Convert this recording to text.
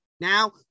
Now